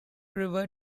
river